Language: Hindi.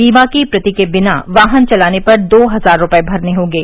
बीमा की प्रति के बिना वाहन चलाने पर दो हजार रुपये भरने होंगे